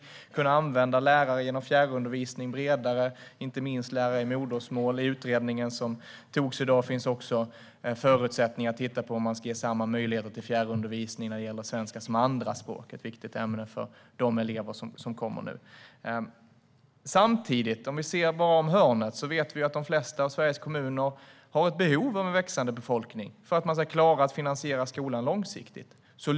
Vi måste kunna använda lärare bredare genom fjärrundervisning, inte minst lärare i modersmål. I utredningsdirektiven som beslutades i dag finns också en förutsättning att titta på om vi ska ge samma möjlighet till fjärrundervisning i svenska som andraspråk. Det är ju ett viktigt ämne för de elever som kommer nu. Ser vi om hörnet vet vi att de flesta av Sveriges kommuner har behov av en växande befolkning för att klara att finansiera skolan långsiktigt.